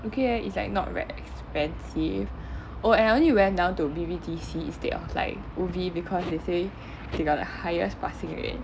okay eh it's like not very expensive oh and I only went down to B_B_T_C instead of like ubi because they say they got the highest passing rate